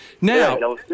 Now